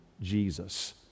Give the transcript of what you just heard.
Jesus